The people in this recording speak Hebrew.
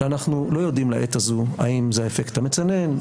שאנחנו לא יודעים לעת הזו האם זה האפקט המצנן,